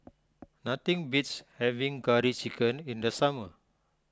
nothing beats having Curry Chicken in the summer